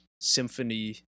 Symphony